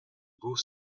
beau